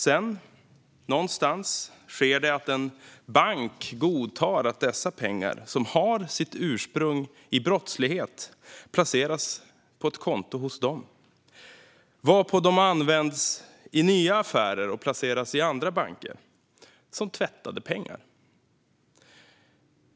Sedan, någonstans, sker det att en bank godtar att dessa pengar, som har sitt ursprung i brottslighet, placeras på ett konto i den banken - varpå de används i nya affärer och placeras i andra banker, som tvättade pengar.